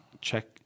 check